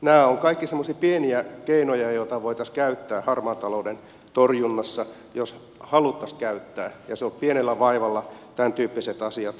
nämä ovat kaikki semmoisia pieniä keinoja joita voitaisiin käyttää harmaan talouden torjunnassa jos haluttaisiin ja pienellä vaivalla tämäntyyppiset asiat